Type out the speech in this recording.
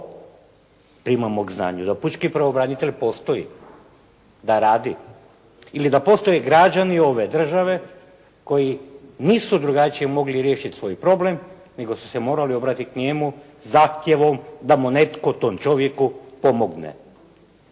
primamo k znanju? Da pučki pravobranitelj postoji, da radi ili da postoje građani ove države koji nisu drugačije mogli riješiti svoj problem, nego su se morali obratiti k njemu zahtjevom da mu netko tom čovjeku pomogne.